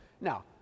Now